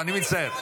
לא, לא, אני מצטער.